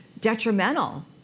detrimental